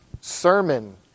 sermon